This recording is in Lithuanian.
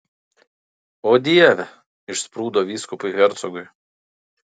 o dieve išsprūdo vyskupui hercogui